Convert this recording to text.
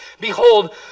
behold